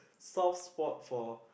soft spot for